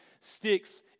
sticks